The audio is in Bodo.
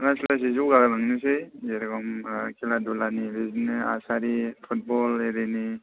लासै लासै जौगाहोलांनोसै जेरैबादि खेला धुलानि बिदिनो आरसारि फुटबल आरिनि